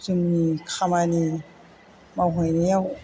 जोंनि खामानि मावहैनायाव